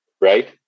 right